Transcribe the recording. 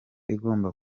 igomba